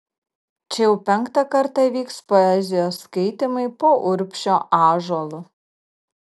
čia jau penktą kartą vyks poezijos skaitymai po urbšio ąžuolu